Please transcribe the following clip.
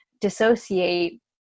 dissociate